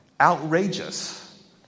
Outrageous